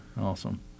awesome